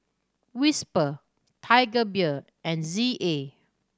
Whisper Tiger Beer and Z A